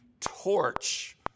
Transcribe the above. torch